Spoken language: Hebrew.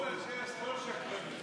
כל אנשי השמאל שקרנים,